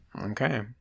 Okay